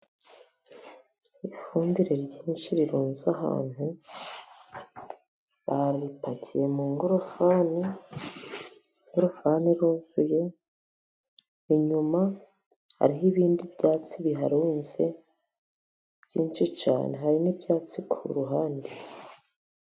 Ifumbire nyinshi irunze ahantu bapakiye mu ngorofani, ingorofani iruzuye, inyuma hariho ibindi byatsi biharunze byinshi cyane hari n'ibyatsi kuruhande.